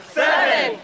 seven